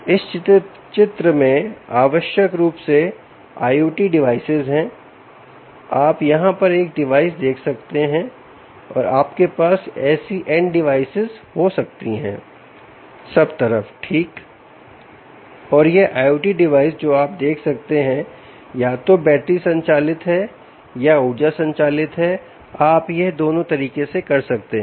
इस चित्र में आवश्यक रूप से IOT डिवाइसेज है आप यहां पर एक डिवाइस देख सकते हैं और आपके पास ऐसी n डिवाइसेज हो सकती हैं सब तरफ ठीक और यह IOT डिवाइस जो आप देख सकते हैं या तो बैटरी संचालित है या ऊर्जा संचालित है आप यह दोनों तरीके से कर सकते हैं